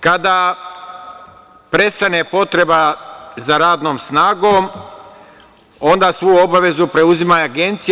Kada prestane potreba za radnom snagom, onda svu obavezu preuzima Agencija.